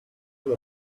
feel